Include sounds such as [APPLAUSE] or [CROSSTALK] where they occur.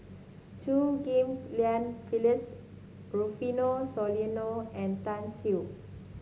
Chew Ghim Lian Phyllis Rufino Soliano and Tan [UNINTELLIGIBLE]